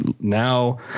now